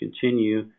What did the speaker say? continue